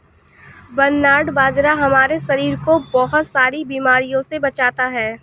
barnyard बाजरा हमारे शरीर को बहुत सारी बीमारियों से बचाता है